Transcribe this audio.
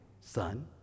son